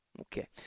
Okay